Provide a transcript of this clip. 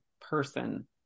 person